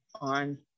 on